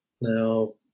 Now